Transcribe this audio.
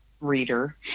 reader